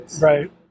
Right